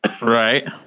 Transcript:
right